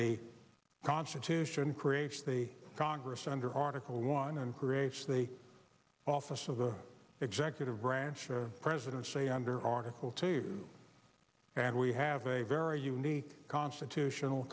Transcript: the constitution creates the congress under article one and creates the office of the executive branch or president say under article two and we have a very unique constitutional